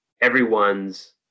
everyone's